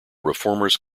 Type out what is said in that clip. reformers